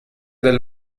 del